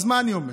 אז מה אני אומר?